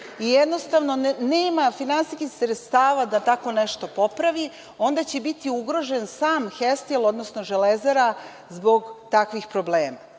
i jednostavno nema finansijskih sredstava da tako nešto popravi, onda će biti ugrožen sam „Hestil“, odnosno „Železara“ zbog takvih problema. Ono